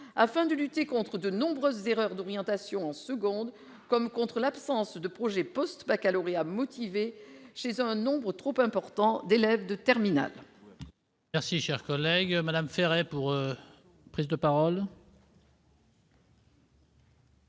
afin de lutter contre de nombreuses erreurs d'orientation en seconde, comme contre l'absence de projet post-baccalauréat motivé chez un nombre trop important d'élèves de terminale.